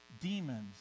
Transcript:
demons